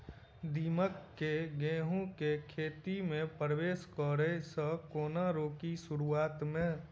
दीमक केँ गेंहूँ केँ खेती मे परवेश करै सँ केना रोकि शुरुआत में?